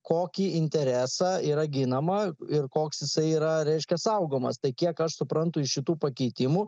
kokį interesą yra ginama ir koks jisai yra reiškia saugomas tai kiek aš suprantu iš šitų pakeitimų